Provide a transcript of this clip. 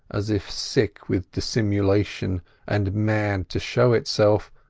as if sick with dissimulation and mad to show itself,